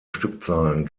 stückzahlen